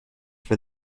for